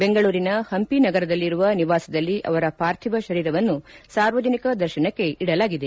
ಬೆಂಗಳೂರಿನ ಹಂಪಿನಗರದಲ್ಲಿರುವ ನಿವಾಸದಲ್ಲಿ ಅವರ ಪಾರ್ಥಿವ ಶರೀರವನ್ನು ಸಾರ್ವಜನಿಕ ದರ್ತನಕ್ಕೆ ಇಡಲಾಗಿದೆ